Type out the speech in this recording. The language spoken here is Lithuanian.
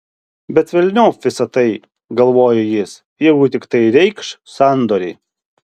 bet velniop visa tai galvojo jis jeigu tik tai reikš sandorį